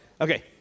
Okay